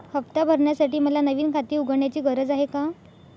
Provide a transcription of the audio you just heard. हफ्ता भरण्यासाठी मला नवीन खाते उघडण्याची गरज आहे का?